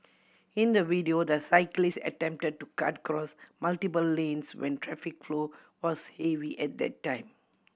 in the video the cyclist attempted to cut across multiple lanes when traffic flow was heavy at that time